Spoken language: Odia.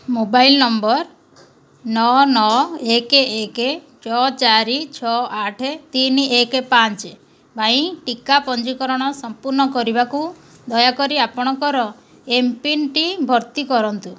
ମୋବାଇଲ୍ ନମ୍ବର୍ ନଅ ନଅ ଏକ ଏକ ଛଅ ଚାରି ଛଅ ଆଠ ତିନ ଏକ ପାଞ୍ଚ ପାଇଁ ଟିକା ପଞ୍ଜୀକରଣ ସଂପୂର୍ଣ୍ଣ କରିବାକୁ ଦୟାକରି ଆପଣଙ୍କର ଏମ୍ପିନ୍ଟି ଭର୍ତ୍ତି କରନ୍ତୁ